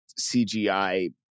CGI